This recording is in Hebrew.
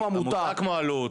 עמותה כמו אלו"ט,